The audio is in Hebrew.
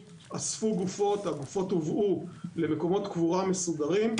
אספו גופות אשר הובאו למקומות קבורה מסודרים,